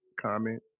comment